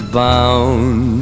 bound